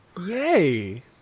Yay